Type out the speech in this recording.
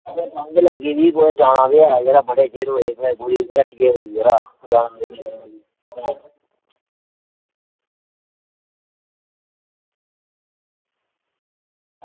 यरा खंघ लग्गी दी जाना ते ऐ बड़े चिर होए दे हट्टी होई दी यरा